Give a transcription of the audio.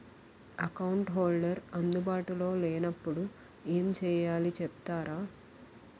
Account holder అందు బాటులో లే నప్పుడు ఎం చేయాలి చెప్తారా?